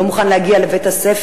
לא מוכן להגיע לבית-הספר,